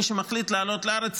מי שמחליט לעלות לארץ,